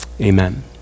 Amen